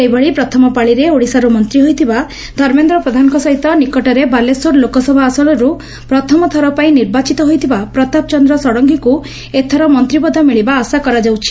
ସେହିଭଳି ପ୍ରଥମ ପାଳିରେ ଓଡିଶାରୁ ମନ୍ତୀ ହୋଇଥିବା ଧର୍ମେନ୍ଦ୍ର ପ୍ରଧାନଙ୍କ ସହିତ ନିକଟରେ ବାଲେଶ୍ୱର ଲୋକସଭା ଆସନରୁ ପ୍ରଥମ ଥର ପାଇଁ ନିର୍ବାଚିତ ହୋଇଥିବା ପ୍ରତାପ ଚନ୍ଦ୍ ଷଡଙ୍ଗୀଙ୍କୁ ଏଥର ମନ୍ତ୍ରୀପଦ ମିଳିବା ଆଶା କରାଯାଉଛି